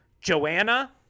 Joanna